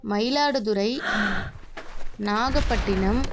Mayiladuthurai Nagapattinam